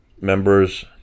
members